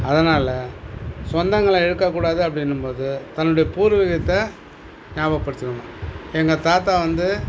அதனால் சொந்தங்களை இழக்கக்கூடாது அப்படின்னும்போது தன்னுடைய பூர்வீகத்தை ஞாபகப்படுத்திக்கணும் எங்கள் தாத்தா வந்து